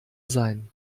sein